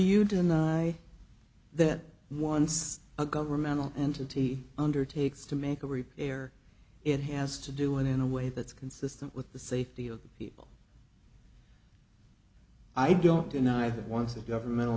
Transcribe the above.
you deny that once a governmental entity undertakes to make a repair it has to do it in a way that's consistent with the safety of the people i don't deny that once a governmental